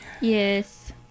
Yes